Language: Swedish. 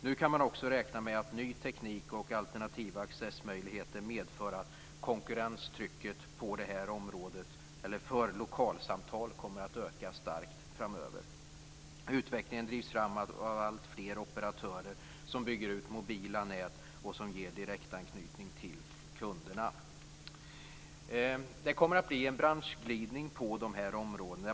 Nu kan man också räkna med att ny teknik och alternativa accessmöjligheter medför att konkurrenstrycket för lokalsamtal kommer att öka starkt framöver. Utvecklingen drivs fram av alltfler operatörer, som bygger ut mobila nät och som ger direktanknytning till kunderna. Det kommer att bli en branschglidning på de här områdena.